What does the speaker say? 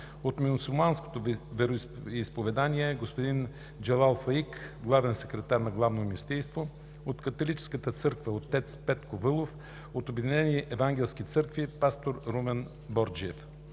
от Мюсюлманското изповедание – господин Джелал Фаик – главен секретар на Главното мюфтийство, от Католическата църква – отец Петко Вълов, от Обединените евангелски църкви – пастор Румен Борджиев.